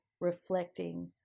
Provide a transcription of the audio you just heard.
reflecting